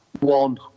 one